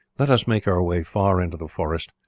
let us make our way far into the forest,